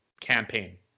campaign